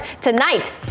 tonight